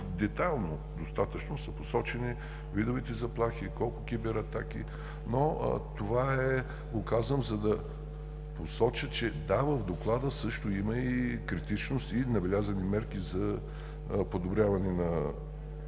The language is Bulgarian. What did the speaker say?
детайлно, достатъчно са посочени видовете заплахи, колко кибератаки. Но това го казвам, за да посоча, че: да, в Доклада също има критичност и набелязани мерки за подобряване в